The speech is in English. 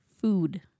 food